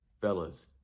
Fellas